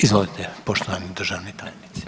Izvolite poštovani državni tajniče.